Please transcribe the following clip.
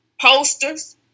posters